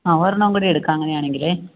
ആ ഒരെണ്ണം കൂടെ എടുക്കാം അങ്ങനെയാണെങ്കില്